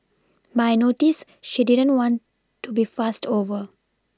but I noticed she didn't want to be fussed over